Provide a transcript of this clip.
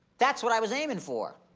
that's what i was aiming for.